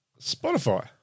Spotify